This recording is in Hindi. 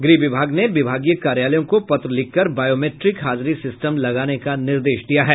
गृह विभाग ने विभागीय कार्यालयों को पत्र लिखकर बायोमेट्रिक हाजिरी सिस्टम लगाने का निर्देश दिया है